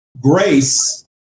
Grace